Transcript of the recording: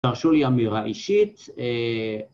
‫תרשו לי אמירה אישית, אה...